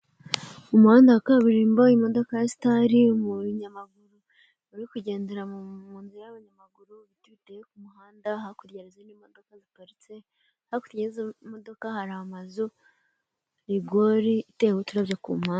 Umuhanda wa kaburimbo imodoka ya sitari umunyamaguru uri kugendera mu nzira y'abanyamaguru ibiti biteye ku muhanda hakurya hari izindi modoka ziparitse hakurya y'izo modoka hari amazu, rigori iteyeho uturabyo ku mpande.